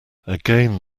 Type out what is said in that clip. again